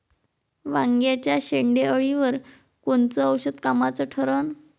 वांग्याच्या शेंडेअळीवर कोनचं औषध कामाचं ठरन?